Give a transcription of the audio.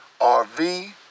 RV